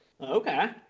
Okay